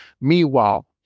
Meanwhile